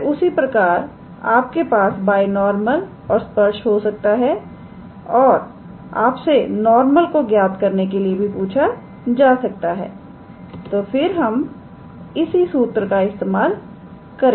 फिर उसी प्रकार आपके पास बाय नॉर्मल और स्पर्श हो सकता है और आप से नॉर्मल को ज्ञात करने के लिए पूछा जा सकता है तो फिर हम इसी सूत्र का इस्तेमाल करें